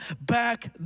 back